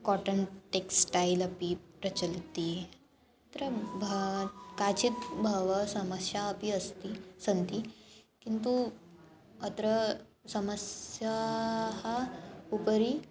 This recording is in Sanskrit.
काटन् टेक्स्टैल् अपि प्रचलति तत्र भाति काचित् बह्वयः समस्याः अपि अस्ति सन्ति किन्तु अत्र समस्यानाम् उपरि